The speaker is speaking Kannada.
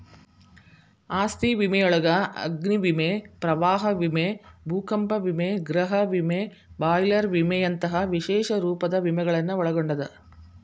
ಆಸ್ತಿ ವಿಮೆಯೊಳಗ ಅಗ್ನಿ ವಿಮೆ ಪ್ರವಾಹ ವಿಮೆ ಭೂಕಂಪ ವಿಮೆ ಗೃಹ ವಿಮೆ ಬಾಯ್ಲರ್ ವಿಮೆಯಂತ ವಿಶೇಷ ರೂಪದ ವಿಮೆಗಳನ್ನ ಒಳಗೊಂಡದ